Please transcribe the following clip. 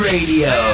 Radio